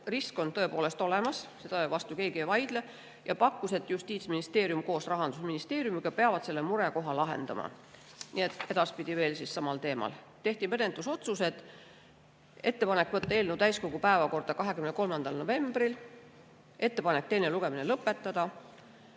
risk on tõepoolest olemas, selle vastu keegi ei vaidle, ja pakkus, et Justiitsministeerium koos Rahandusministeeriumiga peab selle murekoha lahendama. Nii et edaspidi [räägime] veel samal teemal. Tehti menetlusotsused. Ettepanek võtta eelnõu täiskogu päevakorda 23. novembriks; ettepanek teine lugemine lõpetada;